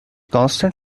constant